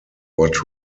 what